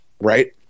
right